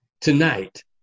tonight